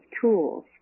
tools